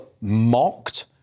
mocked